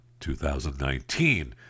2019